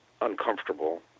uncomfortable